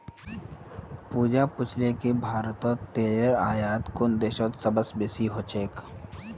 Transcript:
पूजा पूछले कि भारतत तेलेर आयात कुन देशत सबस अधिक ह छेक